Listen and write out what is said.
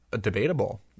debatable